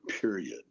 period